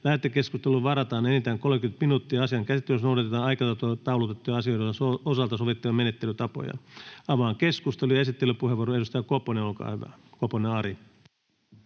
Lähetekeskusteluun varataan enintään 30 minuuttia. Asian käsittelyssä noudatetaan aikataulutettujen asioiden osalta sovittuja menettelytapoja. Avaan keskustelun. Esittelypuheenvuoro, edustaja Koponen, Ari. — Olkaa hyvä. Arvoisa